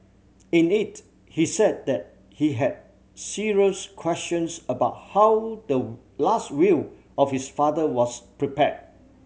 in it he said that he had serious questions about how the last will of his father was prepare